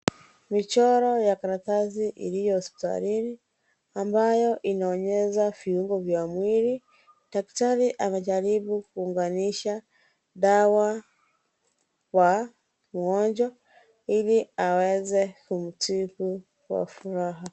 Michoro wa karatasi iliyo hospitalini ambayo inaonyesha viungo vya mwili. Daktari amejaribu kuunganisha dawa kwa mgonjwa ili aweze kumtibu kwa furaha.